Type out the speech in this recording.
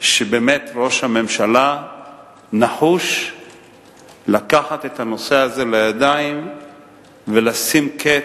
שבאמת ראש הממשלה נחוש לקחת את הנושא הזה לידיים ולשים קץ,